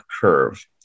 curve